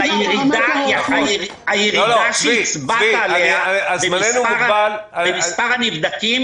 אבל הירידה שהצבעת עליה במספר הנדבקים